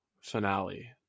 finale